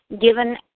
given